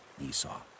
Esau